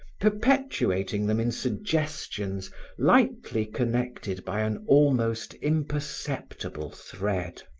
perpetuating them in suggestions lightly connected by an almost imperceptible thread.